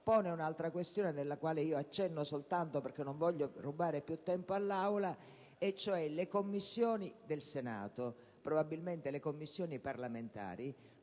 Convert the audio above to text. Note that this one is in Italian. pone un'ulteriore questione, cui accenno soltanto perché non voglio rubare più tempo all'Aula. Le Commissioni del Senato e probabilmente le Commissioni parlamentari